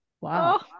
Wow